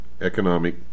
economic